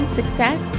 Success